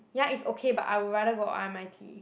ya it's okay but I would rather go r_m_i_t